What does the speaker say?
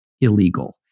illegal